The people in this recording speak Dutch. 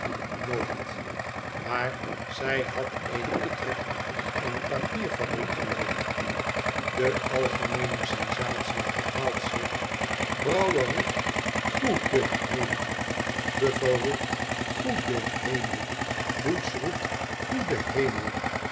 nooit maar zij had eene betrekking in eene papierbriek geloof ik de algemeene sensatie herhaalt zich brouwer roept goede hemel buffer roept goede hemel i boots roept goede hemel